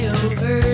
over